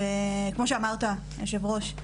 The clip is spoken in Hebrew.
כמו שאמרת יושב הראש,